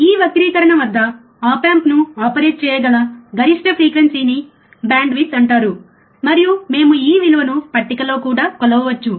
ఈ వక్రీకరణ వద్ద ఆప్ ఆంప్ను ఆపరేట్ చేయగల గరిష్ట ఫ్రీక్వెన్సీని బ్యాండ్విడ్త్ అంటారు మరియు మేము ఈ విలువను పట్టికలో కూడా కొలవవచ్చు